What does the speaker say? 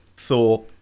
Thor